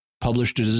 published